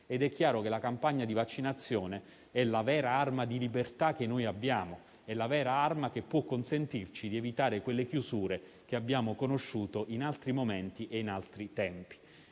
È chiaro che la campagna di vaccinazione è la vera arma di libertà che abbiamo e che può consentirci di evitare quelle chiusure che abbiamo conosciuto in altri momenti e in altri tempi.